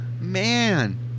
Man